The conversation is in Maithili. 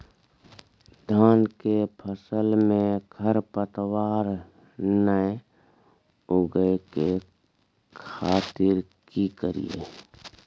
धान के फसल में खरपतवार नय उगय के खातिर की करियै?